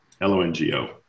L-O-N-G-O